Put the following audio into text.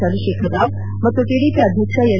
ಚಂದ್ರಶೇಖರ ರಾವ್ ಮತ್ತು ಟಿಡಿಪಿ ಅಧ್ಯಕ್ಷ ಎನ್